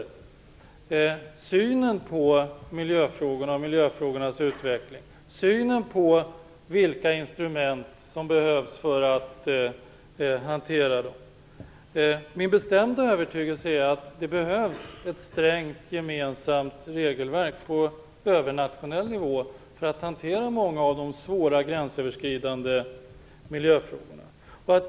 Det gäller synen på miljöfrågorna och deras utveckling, på vilka instrument som behövs för att hantera dem. Min bestämda övertygelse är att det behövs ett strängt gemensamt regelverk på övernationell nivå för att hantera många av de svåra gränsöverskridande miljöfrågorna.